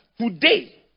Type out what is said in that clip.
Today